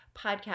podcast